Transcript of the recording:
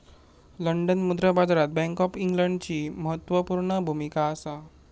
London मुद्रा बाजारात bank of इंग्लंडची म्हत्त्वापूर्ण भुमिका असा